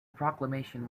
proclamation